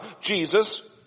Jesus